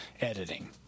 editing